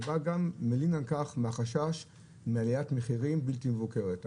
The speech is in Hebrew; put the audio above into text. שבה גם הוא מלין על כך מהחשש מעליית מחירים בלתי מבוקרת.